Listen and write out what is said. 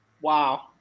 Wow